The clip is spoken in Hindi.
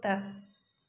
कुत्ता